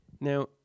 Now